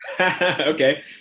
Okay